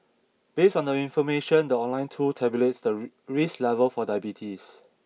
based on the information the online tool tabulates the risk level for diabetes